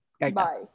Bye